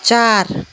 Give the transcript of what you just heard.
चार